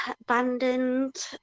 abandoned